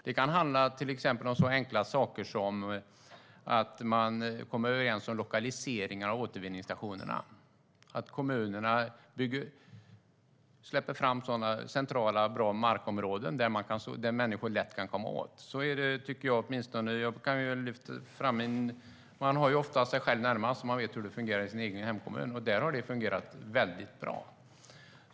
Det kan handla om till exempel så enkla saker som att man kommer överens om lokaliseringar av återvinningsstationerna, att kommunerna släpper fram centrala och bra markområden som är lättillgängliga för människorna. Man är ofta sig själv närmast, och man vet hur det fungerar i sin egen hemkommun. I min hemkommun har det fungerat mycket bra.